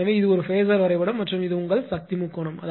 எனவே இது ஒரு ஃபேஸர் வரைபடம் மற்றும் இது உங்கள் சக்தி முக்கோணம்